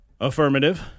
Affirmative